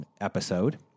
episode